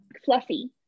fluffy